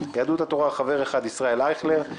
מיהדות התורה חבר אחד ישראל אייכלר,